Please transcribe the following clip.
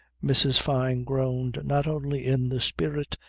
mrs. fyne groaned not only in the spirit,